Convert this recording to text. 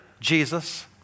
Jesus